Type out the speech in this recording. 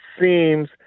seems